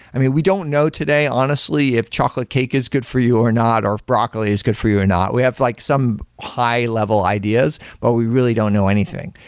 i mean, we don't know today, honestly, if chocolate cake is good for you or not, or if broccoli is good for you or not. we have like some high-level ideas, but we really don't know anything.